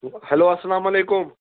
hello اَسلامُ علیکُم